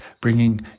bringing